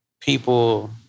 people